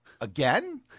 again